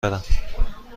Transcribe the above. برم